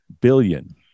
billion